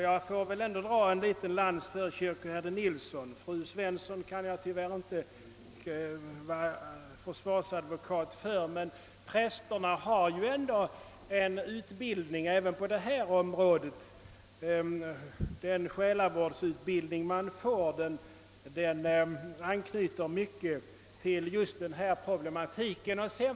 Jag får väl lov att dra en liten lans för kyrkoherde Nilsson; för fru Svensson kan jag tyvärr inte vara försvarsadvokat. Prästerna har ju en utbildning även på det här området, eftersom den själavårdsutbildning som lämnas i hög grad anknyter till just denna problematik.